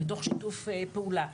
ותוך שיתוף פעולה.